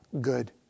good